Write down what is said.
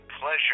pleasure